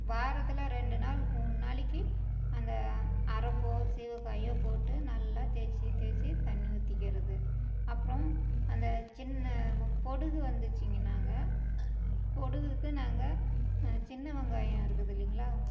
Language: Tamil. வாரத்தில் ரெண்டு நாள் மூணு நாளைக்கு அந்த அரைப்போ சீகைக்காயோ போட்டு நல்லா தேய்ச்சி தேய்ச்சி தண்ணிர் ஊத்திக்கிறது அப்பறம் அந்த சின்ன ம பொடுகு வந்துச்சுங்கன்னாங்க பொடுகுக்கு நாங்கள் சின்ன வெங்காயம் இருக்குது இல்லைங்களா